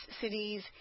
cities